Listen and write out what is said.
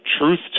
truth